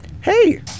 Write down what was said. Hey